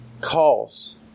calls